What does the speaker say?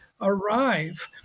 arrive